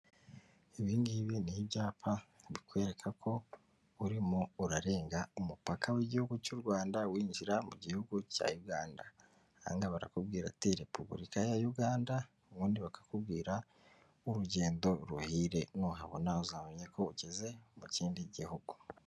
Ibi ngibi ni ibyapa bikwereka ko, urimo urarenga umupaka w'igihugu cy'u Rwanda, winjira mu gihugu cya Uganda. Aha ngaha barakubwira ati repubulika ya Uganda, ubundi bakakubwira urugendo ruhire, nuhabona uzamenya ko ugeze mu kindi gihugu.